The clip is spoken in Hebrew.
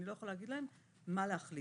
היא לא יכולה להגיד להם מה להחליט.